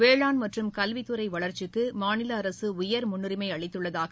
வேளாண் மற்றும் கல்வித்துறை வளர்ச்சிக்கு மாநில அரசு உயர் முன்னுரிமை அளித்துள்ளதாக